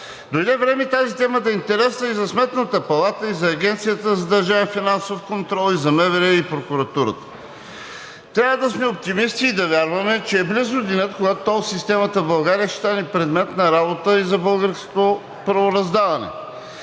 Дойде време тази тема да е интересна и за Сметната палата, и за Агенцията за държавен финансов контрол, и за МВР, и за прокуратурата. Трябва да сме оптимисти и да вярваме, че е близо денят, когато тол системата в България ще стане предмет на работа и за българското правораздаване.